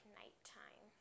nighttime